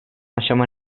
aşama